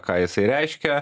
ką jisai reiškia